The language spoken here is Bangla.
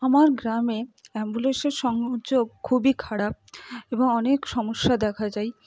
আমার গ্রামে অ্যাম্বুলেন্সের সংযোগ খুবই খারাপ এবং অনেক সমস্যা দেখা যায়